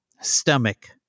stomach